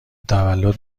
تولد